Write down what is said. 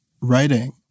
writing